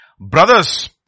brothers